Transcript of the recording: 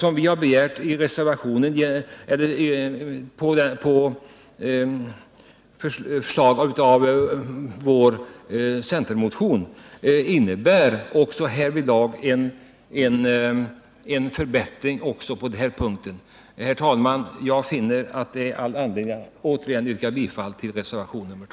Jag föreställer mig att även Kurt Hugosson anser att det är någonting mycket allvarligt.